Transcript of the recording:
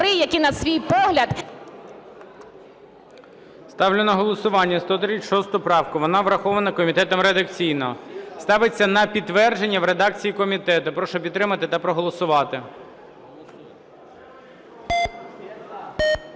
Ставлю на голосування 136 правку. Вона врахована комітетом редакційно. Ставиться на підтвердження в редакції комітету. Прошу підтримати та проголосувати.